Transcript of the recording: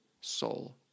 soul